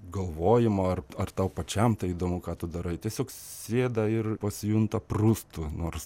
galvojimo ar ar tau pačiam tai įdomu ką tu darai tiesiog sėda ir pasijunta prustu nors